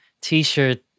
t-shirt